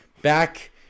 Back